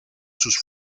sus